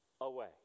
away